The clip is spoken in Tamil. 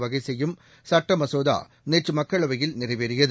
வகை செய்யும் சட்ட மசோதா நேற்று மக்களவையில் நிறைவேறியது